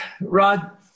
Rod